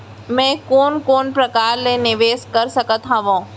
मैं कोन कोन प्रकार ले निवेश कर सकत हओं?